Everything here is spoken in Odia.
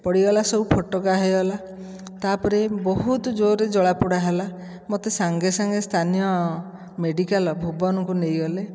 ପଡ଼ିଗଲା ସବୁ ଫୋଟକା ହୋଇଗଲା ତା'ପରେ ବହୁତ ଜୋରରେ ଜଳାପୋଡ଼ା ହେଲା ମୋତେ ସାଙ୍ଗେ ସାଙ୍ଗେ ସ୍ଥାନୀୟ ମେଡ଼ିକାଲ ଭୁବନକୁ ନେଇଗଲେ